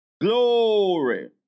Glory